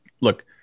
look